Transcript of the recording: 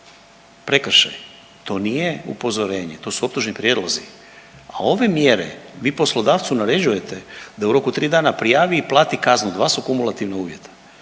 prekršaj to nije upozorenje, to su optužni prijedlozi. A ove mjere vi poslodavcu naređujete da u roku tri dana prijavi i plati kaznu, dva su kumulativna uvjeta.